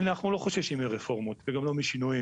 אנחנו לא חוששים מרפורמות וגם לא משינויים,